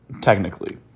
technically